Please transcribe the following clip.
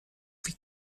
wie